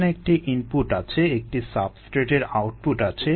এখানে একটি ইনপুট আছে একটি সাবস্ট্রেটের আউটপুট আছে